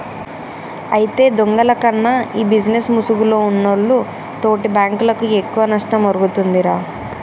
అయితే దొంగల కన్నా ఈ బిజినేస్ ముసుగులో ఉన్నోల్లు తోటి బాంకులకు ఎక్కువ నష్టం ఒరుగుతుందిరా